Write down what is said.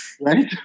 Right